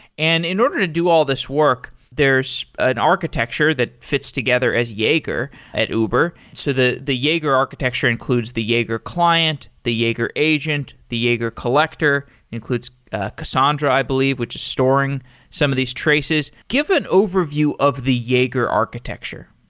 and in order to do all these work, there's an architecture that fits together as jaeger at uber. so the the jaeger architecture includes the jaeger client, the jaeger agent, the jaeger collector. it includes cassandra, i believe, which is storing some of these traces. give an overview of the jaeger architecture.